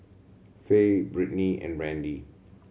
Faye Brittny and Randy